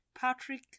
Patrick